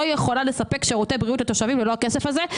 יכולה לספק שירותי בריאות לתושבים ולא הכסף הזה.